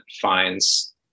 finds